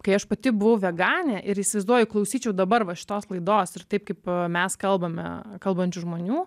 kai aš pati buvau veganė ir įsivaizduoji klausyčiau dabar va šitos laidos ir taip kaip mes kalbame kalbančių žmonių